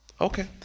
Okay